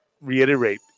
reiterate